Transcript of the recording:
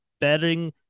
betting